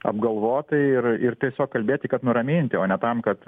apgalvotai ir ir tiesiog kalbėti kad nuraminti o ne tam kad